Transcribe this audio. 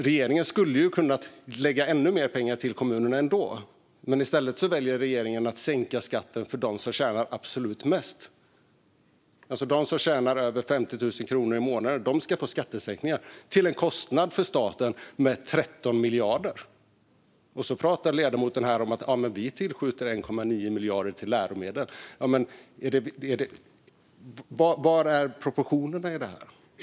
Regeringen skulle kunna lägga ännu mer pengar till kommunerna, men i stället väljer man att sänka skatten för dem som tjänar absolut mest. De som tjänar över 50 000 kronor i månaden får alltså skattesänkningar till en kostnad av 13 miljarder för staten. Och så pratar ledamoten om att man tillskjuter 1,9 miljarder till läromedel. Var finns proportionerna i detta?